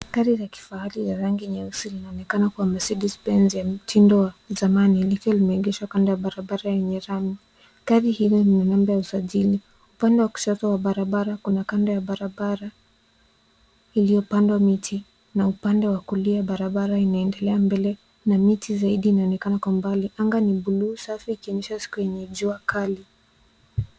Gari la kifahari ya rangi nyeusi linaonekana kuwa Mercedes Benz ya mtindo wa samani likiwa limeegeshwa kando ya barabara enye lami. Gari hili lina namba ya usijali. Upande wa kushoto wa barabara kuna kando ya barabara iliopandwa miti na upande wa kulia barabara inaendelea mbele na miti zaidi inaonekana kwa mbali. Angaa ni bluu safi ikionyesha siku enye jua kali.